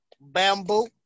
bamboo